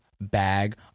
bag